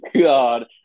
God